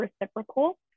reciprocal